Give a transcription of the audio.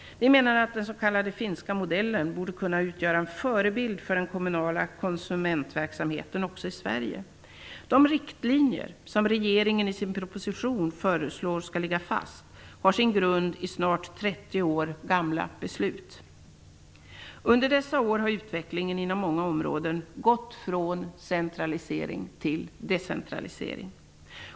Vi menar att den s.k. finska modellen borde kunna utgöra en förebild för den kommunala konsumentverksamheten också i Sverige. De riktlinjer som regeringen i sin proposition föreslår skall ligga fast har sin grund i snart 30 år gamla beslut. Under dessa år har utvecklingen inom många områden gått från centralisering till decentralisering.